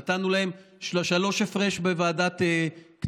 נתנו להם הפרש של שלושה בוועדת הכנסת,